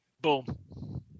Boom